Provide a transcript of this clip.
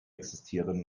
existieren